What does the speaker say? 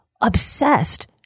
obsessed